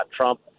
Trump